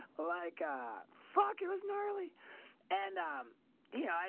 like fuck it was gnarly and yeah, i